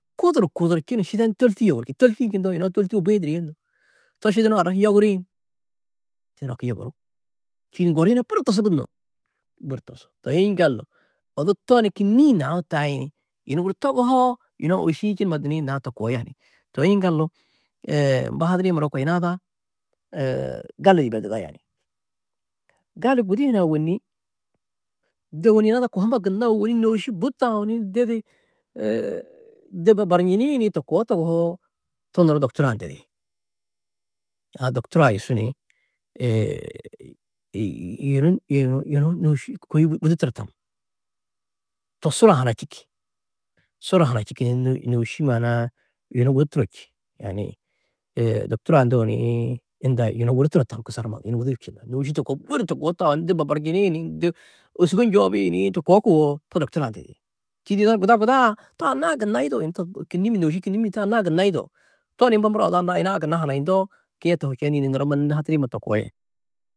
Kudur kudurčinu šidenu tôlti yogur čindi. Tôlti-ĩ čundoo yunu a tôlti bui duriĩ ni to šidena-ã arraki yoguri ni? Šidenu-ã haki yogurú. Čîidi ŋgori hunã budi tosú gunnuu? Budi tosú. Toi yiŋɡalu odu to ni kînniĩ naũ taĩ ni, yunu guru toguhoo yina ôuši-ĩ či numa duniĩ na to koo yaani. Toi yiŋgalu mbo hadirĩ muro koo yina ada gali yibeduda yaani. Gali gudi hunã ôwonni de ôwonni yina ada kohumma gunna ôwonni nôuši bui taũ ni didi de babarnjini ni to koo toguhoo to nuro doctoraa-ã ndedi. A doctoraa-ã yusu ni yunu yunu yunu nôuši kôi gudi turo tam. To sura huna čîki, sura hunã čîki ni nôuši maana-ã yunu gudi turo čî. Yaani doctor-ã ndeu ni unda yunu gudi turo tam kusar numa du, yunu gudi du čî. Nôuši to koo budi to koo taũ ni de babarnjini ni de ôusugo njoobi ni to koo koo to doctoraa-ã ndedi. Čîidi yina ada guda guda-ã to anna-ã gunna yidao. Yunu to kînnimmi nôuši kînnimmi to anna-ã gunna yidao. To ni mbo muro odu Alla yina-ã gunna hanayindoo kiye tohu čeni ni nuro mannu nû hatirĩ mannu to koo.